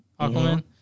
Aquaman